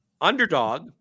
underdog